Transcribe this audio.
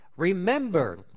Remember